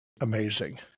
amazing